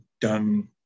done